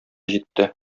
җитте